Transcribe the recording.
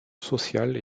sociale